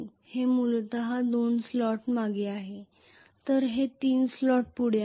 तर हे मूलत 2 स्लॉट मागे आहे तर हे 3 स्लॉट पुढे आहे